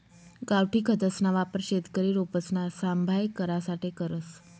गावठी खतसना वापर शेतकरी रोपसना सांभाय करासाठे करस